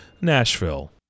nashville